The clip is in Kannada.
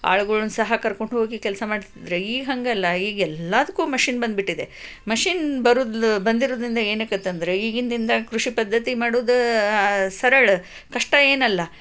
ಆಳುಗಳನ್ನು ಸಹ ಕರ್ಕೊಂಡ್ಹೋಗಿ ಕೆಲಸ ಮಾಡ್ತಿದ್ರು ಈಗ ಹಾಗಲ್ಲ ಈಗ ಎಲ್ಲದಕ್ಕೂ ಮಷೀನ್ ಬಂದುಬಿಟ್ಟಿದೆ ಮಷೀನ್ ಬರೂದ್ಲು ಬಂದಿರೋದ್ರಿಂದ ಏನಕ್ಕಂತಂದ್ರ ಈಗಿನ ದಿನದಾಗ ಕೃಷಿ ಪದ್ಧತಿ ಮಾಡೋದು ಸರಳ ಕಷ್ಟ ಏನಲ್ಲ